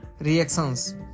reactions